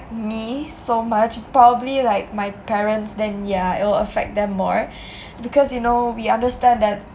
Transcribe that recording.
me so much probably like my parents then ya it'll affect them more because you know we understand that